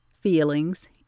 feelings